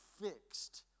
fixed